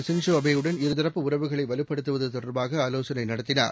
ஷின்சோஆபேயுடன் இருதரப்பு உறவுகளைவலுப்படுத்துவதுதொடர்பாகஆலோசனைநடத்தினார்